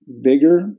bigger